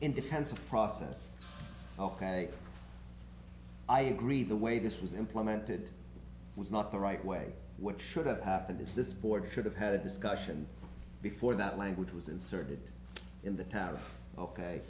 defense of process ok i agree the way this was implemented was not the right way what should have happened is this board should have had a discussion before that language was inserted in the town o